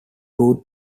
ruth